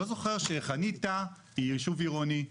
אני לא זוכר שחניתה היא ישוב עירוני,